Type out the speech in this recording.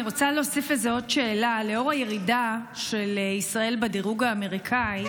אני רוצה להוסיף לזה עוד שאלה: לאור הירידה של ישראל בדירוג האמריקאי,